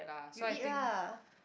you eat lah